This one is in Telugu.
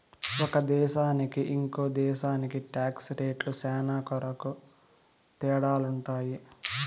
ఒక దేశానికి ఇంకో దేశానికి టాక్స్ రేట్లు శ్యానా కొరకు తేడాలుంటాయి